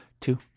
Two